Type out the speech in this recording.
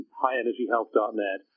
highenergyhealth.net